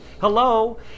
Hello